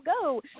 go